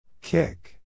Kick